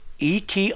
et